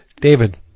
David